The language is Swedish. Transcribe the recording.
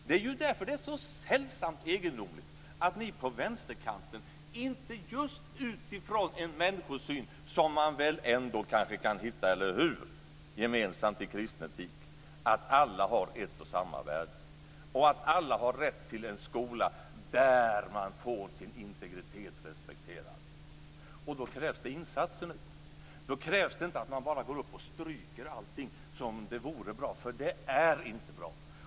Det är därför det är så sällsamt egendomligt att ni på vänsterkanten just utifrån en gemensam människosyn, som man väl ändå kan hitta i kristen etik, eller hur, inte inser att alla har ett och samma värde och att alla har rätt till en skola där man får sin integritet respekterad. Då krävs det insatser. Då krävs det inte bara att man stryker allting, som om det vore bra, för det är inte bra.